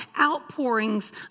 outpourings